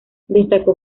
destacó